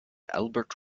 albert